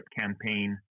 campaign